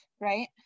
right